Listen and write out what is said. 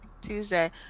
Tuesday